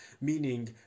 Meaning